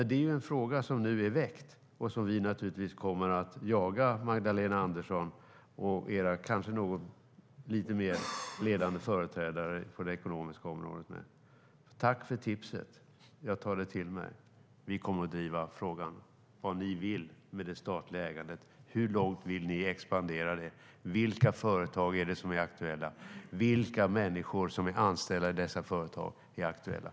Det är en fråga som nu är väckt och som vi kommer att jaga Magdalena Andersson och kanske några mer ledande företrädare på det ekonomiska området med. Tack för tipset! Jag tar det till mig. Vi kommer att driva frågan vad ni vill med det statliga ägandet. Hur långt vill ni expandera det? Vilka företag är det som är aktuella? Vilka människor som är anställda i dessa företag är aktuella?